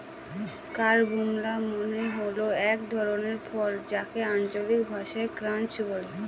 carambola মানে হল এক ধরনের ফল যাকে আঞ্চলিক ভাষায় ক্রাঞ্চ বলে